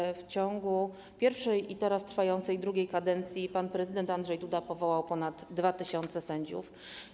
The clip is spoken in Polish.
Łącznie w ciągu pierwszej i teraz trwającej, drugiej kadencji pan prezydent Andrzej Duda powołał ponad 2 tys. sędziów.